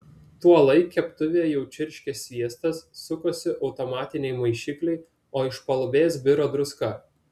tuolaik keptuvėje jau čirškė sviestas sukosi automatiniai maišikliai o iš palubės biro druska